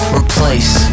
replace